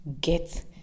get